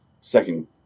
second